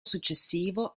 successivo